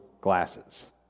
glasses